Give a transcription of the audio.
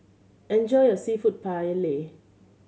enjoy your Seafood Paella